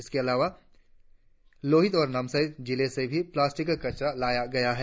इसके अलावा लोहित और नामसाई जिले से भी प्लास्टिक कचरा लाया गया है